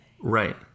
Right